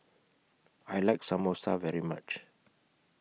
I like Samosa very much